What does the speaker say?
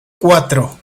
cuatro